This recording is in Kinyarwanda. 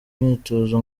imyitozo